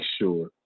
sure